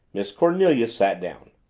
miss cornelia sat down.